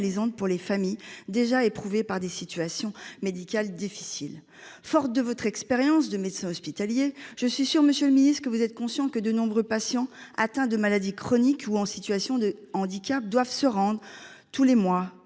pour les familles, déjà éprouvées par des situations médicales difficiles. Fort de votre expérience de médecin hospitalier, je suis certaine, monsieur le ministre, que vous êtes conscient que de nombreux patients souffrant de maladies chroniques ou en situation de handicap doivent se rendre à l'hôpital